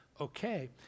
okay